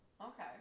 okay